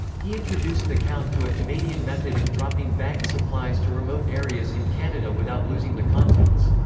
he introduced the count to a canadian method of dropping bagged supplies to remote areas in canada without losing the contents.